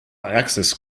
access